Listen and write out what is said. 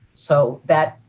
so that,